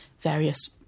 various